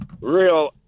real